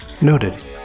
Noted